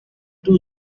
two